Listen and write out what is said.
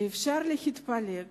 שאפשר להתפלג